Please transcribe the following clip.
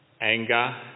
anger